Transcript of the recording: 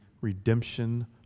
redemption